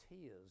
tears